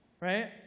Right